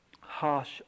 harsh